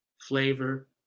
flavor